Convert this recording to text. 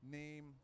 name